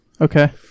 Okay